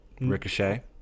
Ricochet